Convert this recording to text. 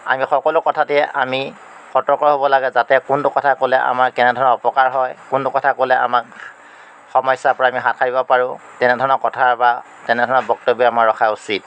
আমি সকলো কথাতে আমি সতৰ্ক হ'ব লাগে যাতে কোনটো কথা ক'লে আমাৰ কেনেধৰণৰ অপকাৰ হয় কোনটো কথা ক'লে আমাক সমস্যাৰ পৰা আমি হাত সাৰিব পাৰোঁ তেনেধৰণৰ কথা বা তেনেধৰণৰ বক্তব্য আমাৰ ৰখা উচিত